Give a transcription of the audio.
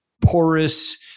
porous